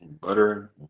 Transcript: Butter